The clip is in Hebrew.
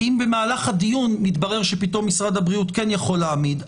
כי אם במהלך הדיון מתברר שפתאום משרד הבריאות כן יכול להעמיד,